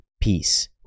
Peace